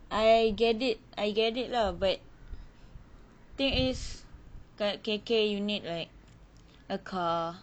I get it I get it lah but thing is kat K_K you need like a car